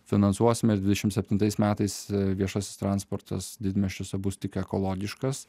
finansuosime dvidešimt septintais metais viešasis transportas didmiesčiuose bus tik ekologiškas